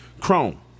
Chrome